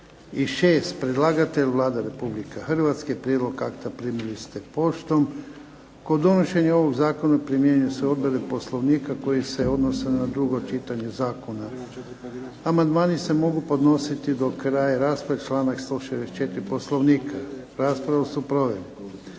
626 Predlagatelj Vlada Republike Hrvatske. Prijedlog akta primili ste poštom. Kod donošenja ovog zakona primjenjuje se odredbe Poslovnika koji se odnose na drugo čitanje zakona. Amandmani se mogu podnositi do kraja rasprave, članak 164. Poslovnika. Raspravu su proveli